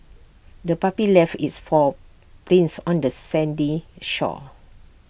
the puppy left its paw prints on the sandy shore